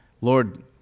Lord